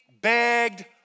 begged